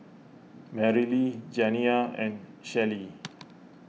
Marilee Janiyah and Shellie